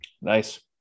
Nice